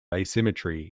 asymmetry